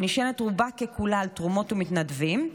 שנשענת רובה ככולה על תרומות ומתנדבים,